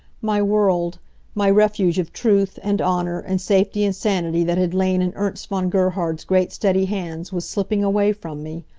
my world my refuge of truth, and honor, and safety and sanity that had lain in ernst von gerhard's great, steady hands, was slipping away from me.